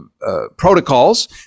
protocols